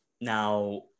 Now